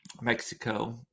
mexico